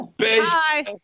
Hi